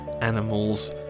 animals